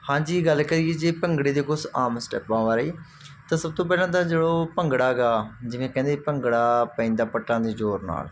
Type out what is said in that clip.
ਹਾਂਜੀ ਗੱਲ ਕਰੀਏ ਜੇ ਭੰਗੜੇ ਦੇ ਕੁਛ ਆਮ ਸਟੈੱਪਾਂ ਬਾਰੇ ਤਾਂ ਸਭ ਤੋਂ ਪਹਿਲਾਂ ਤਾਂ ਜੋ ਭੰਗੜਾ ਗਾ ਜਿਵੇਂ ਕਹਿੰਦੇ ਭੰਗੜਾ ਪੈਂਦਾ ਪੱਟਾਂ ਦੇ ਜ਼ੋਰ ਨਾਲ